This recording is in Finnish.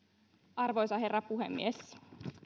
arvoisa herra puhemies